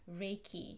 Reiki